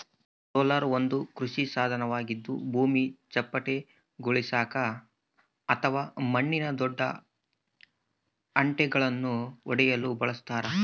roller ಒಂದು ಕೃಷಿ ಸಾಧನವಾಗಿದ್ದು ಭೂಮಿ ಚಪ್ಪಟೆಗೊಳಿಸಾಕ ಅಥವಾ ಮಣ್ಣಿನ ದೊಡ್ಡ ಹೆಂಟೆಳನ್ನು ಒಡೆಯಲು ಬಳಸತಾರ